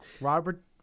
Robert